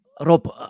rob